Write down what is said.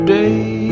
day